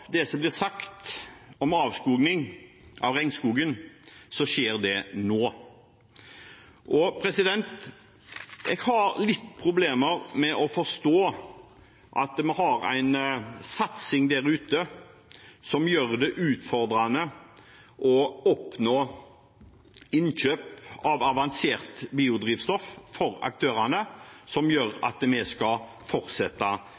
det som blir sagt om avskoging av regnskogen, så skjer det nå. Jeg har litt problem med å forstå at vi har en satsing som gjør det utfordrende å oppnå innkjøp av avansert biodrivstoff for aktørene som gjør at vi skal fortsette